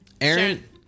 Aaron